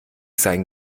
seinen